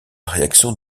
réaction